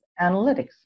analytics